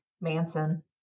Manson